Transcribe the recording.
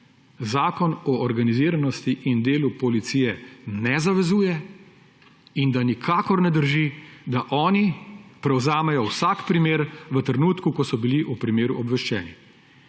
Zakon o organiziranosti in delu policije ne zavezuje in da nikakor ne drži, da oni prevzamejo vsak primer v trenutku, ko so bili o primeru obveščeni.